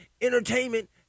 entertainment